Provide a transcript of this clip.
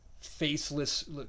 faceless